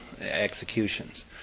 executions